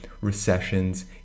recessions